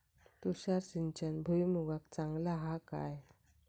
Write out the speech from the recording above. तुषार सिंचन भुईमुगाक चांगला हा काय?